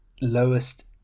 lowest